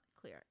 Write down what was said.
clear